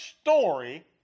story